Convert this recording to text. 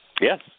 Yes